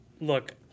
Look